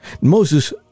Moses